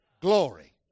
glory